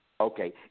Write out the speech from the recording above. Okay